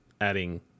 adding